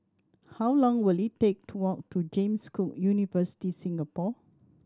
how long will it take to walk to James Cook University Singapore